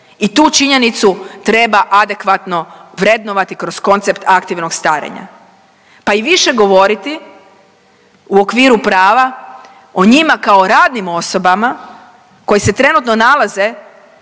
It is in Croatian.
i tu činjenicu treba adekvatno vrednovati kroz koncept aktivnog starenja, pa i više govoriti u okviru prava o njima kao radnim osobama koji se trenutno nalaze